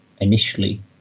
initially